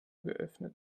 geöffnet